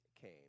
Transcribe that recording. came